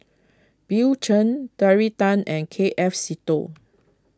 Bill Chen Terry Tan and K F Seetoh